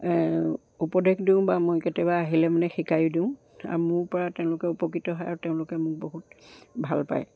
উপদেশ দিওঁ বা মই কেতিয়াবা আহিলে মানে শিকাইও দিওঁ আৰু মোৰ পৰা তেওঁলোকে উপকৃত হয় আৰু তেওঁলোকে মোক বহুত ভাল পায়